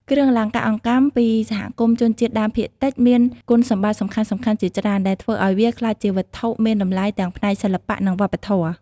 គ្រឿងអលង្ការអង្កាំពីសហគមន៍ជនជាតិដើមភាគតិចមានគុណសម្បត្តិសំខាន់ៗជាច្រើន ដែលធ្វើឱ្យវាក្លាយជាវត្ថុមានតម្លៃទាំងផ្នែកសិល្បៈ និងវប្បធម៌។